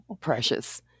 precious